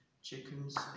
Chickens